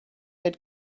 had